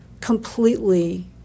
completely